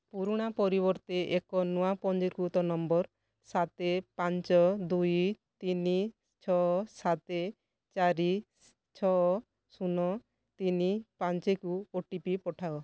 ପୁରୁଣା ପରିବର୍ତ୍ତେ ଏକ ନୂଆ ପଞ୍ଜୀକୃତ ନମ୍ବର୍ ସାତ ପାଞ୍ଚ ଦୁଇ ତିନି ଛଅ ସାତ ଚାରି ଛଅ ଶୂନ ତିନି ପାଞ୍ଚକୁ ଓ ଟି ପି ପଠାଅ